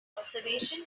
observation